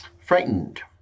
Frightened